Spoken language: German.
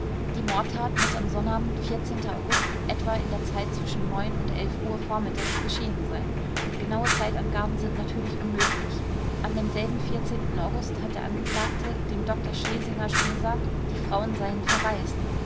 die mordtat muß am sonnabend august etwa in der zeit zwischen und uhr vormittags geschehen sein genaue zeitangaben sind natürlich unmöglich an demselben august hat der angeklagte dem dr schlesinger schon gesagt die frauen seien verreist